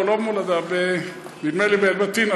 לא, לא במולדה, נדמה לי באום-בטין.